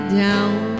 down